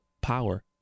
Power